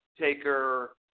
Taker